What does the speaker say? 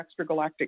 extragalactic